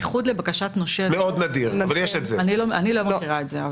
איחוד לבקשת נושה אני לא מכירה את זה.